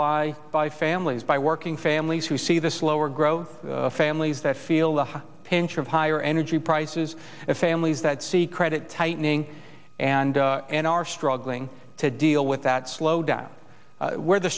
by by families by working families who see the slower growth of families that feel the pinch of higher energy prices and families that see credit tightening and are struggling to deal with that slow down where the